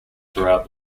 throughout